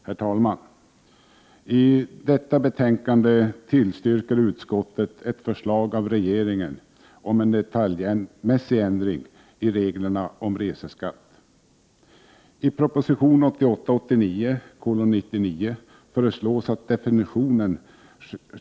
Herr talman! I detta betänkande tillstyrker utskottet ett förslag av regeringen om en detaljmässig ändring i reglerna om reseskatt.